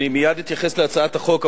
אני מייד אתייחס להצעת החוק,